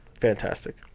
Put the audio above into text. Fantastic